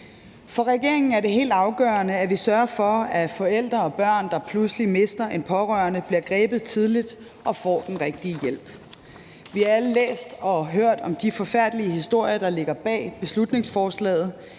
For regeringen er det helt afgørende, at vi sørger for, at forældre og børn, der pludselig mister en pårørende, bliver grebet tidligt og får den rigtige hjælp. Vi har alle læst og hørt om de forfærdelige historier, der ligger bag beslutningsforslaget,